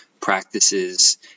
practices